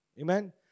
Amen